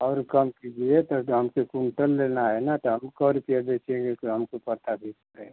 और कम कीजिए थोड़ा दाम कि कुंटल लेना है ना तो हम को रुपये बेचेंगे दाम हमको पाता भी रहेगा